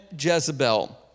Jezebel